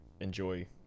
enjoy